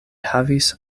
havis